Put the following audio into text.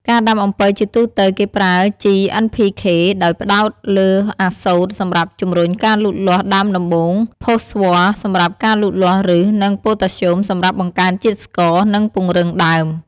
ការដាំអំពៅជាទូទៅ គេប្រើ ជី N-P-K ដោយផ្តោតលើអាសូត សម្រាប់ជំរុញការលូតលាស់ដើមដំបូង ផូស្វ័រ សម្រាប់ការលូតលាស់ឬស និងប៉ូតាស្យូម សម្រាប់បង្កើនជាតិស្ករ និងពង្រឹងដើម។